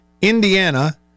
Indiana